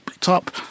top